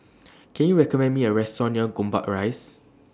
Can YOU recommend Me A Restaurant near Gombak Rise